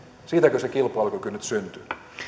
siitäkö se kilpailukyky nyt syntyy